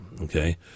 Okay